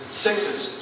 sixes